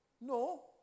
No